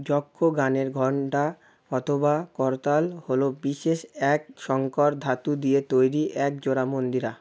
যক্ষগানের ঘন্টা অথবা করতাল হলো বিশেষ এক শঙ্কর ধাতু দিয়ে তৈরি এক জোড়া মন্দিরা